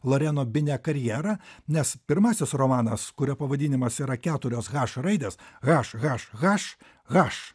lareno bine karjerą nes pirmasis romanas kurio pavadinimas yra keturios haš raidės haš haš haš haš